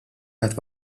ħadd